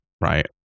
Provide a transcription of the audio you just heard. right